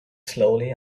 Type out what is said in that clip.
slowly